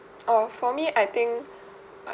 oh for me I think